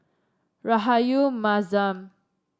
Rahayu Mahzam